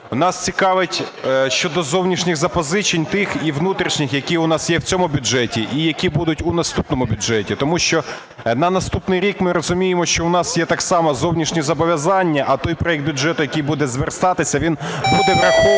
Нас цікавить щодо зовнішніх запозичень тих і внутрішніх, які у нас є в цьому бюджеті і які будуть у наступному бюджеті. Тому що на наступний рік ми розуміємо, що в нас є так само зовнішні зобов'язання, а той проект бюджету, який буде зверстатися, він буде враховувати